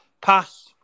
pass